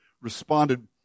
responded